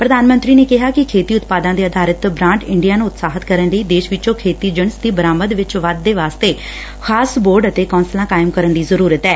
ਪ੍ਰਧਾਨ ਮੰਤਰੀ ਨੇ ਕਿਹਾ ਕਿ ਖੇਤੀ ਉਤਪਾਦਾਂ ਤੇ ਆਧਾਰਤ ਬਰਾਂਡ ਇੰਡੀਆ ਨੂੰ ਉਤਸ਼ਾਹਿਤ ਕਰਨ ਲਈ ਦੇਸ਼ ਵਿਚੋਂ ਖੇਤੀ ਜਿਣਸ ਦੀ ਬਰਾਮਦ ਵਿਚ ਵਾਧੇ ਵਾਸਤੇ ਖਾਸ ਬੋਰਡ ਅਤੇ ਕੌ'ਸਲਾ ਕਾਇਮ ਕਰਨ ਦੀ ਜ਼ਰੁਰਤ ਐ